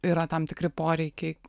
yra tam tikri poreikiai